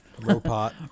Robot